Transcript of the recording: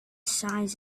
size